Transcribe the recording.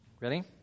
Ready